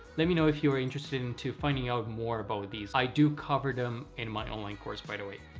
let me know if you are interested into finding out more about these. i do cover them in my online course by the way.